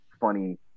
funny